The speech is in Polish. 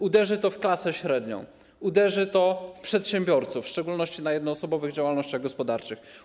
Uderzy to w klasę średnią, uderzy to w przedsiębiorców, w szczególności na jednoosobowych działalnościach gospodarczych.